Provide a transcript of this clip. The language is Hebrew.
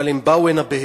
אבל הם באו הנה בהיתר.